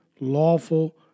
lawful